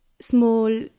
small